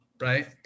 right